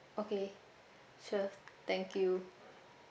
okay sure thank you